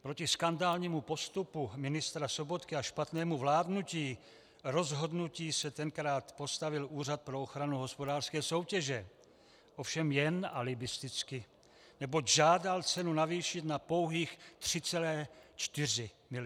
Proti skandálnímu postupu ministra Sobotky a špatnému vládnímu rozhodnutí se tenkrát postavil Úřad pro ochranu hospodářské soutěže, ovšem jen alibisticky, neboť žádal cenu navýšit na pouhých 3,4 miliardy.